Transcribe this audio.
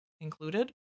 included